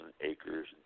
acres